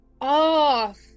off